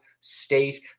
state